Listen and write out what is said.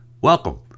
welcome